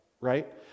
right